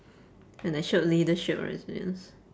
when I showed leadership or resilience